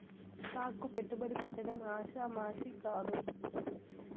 stock కు పెట్టుబడి పెట్టడం ఆషామాషీ కాదు